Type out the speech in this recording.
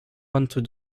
vingt